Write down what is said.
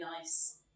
nice